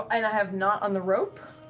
i have nott on the rope?